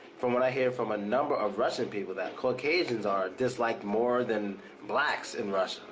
from what i hear from a number of russian people that caucasians are disliked more than blacks in russia,